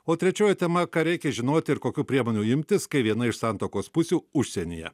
o trečioji tema ką reikia žinot ir kokių priemonių imtis kai viena iš santuokos pusių užsienyje